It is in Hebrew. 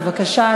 בבקשה,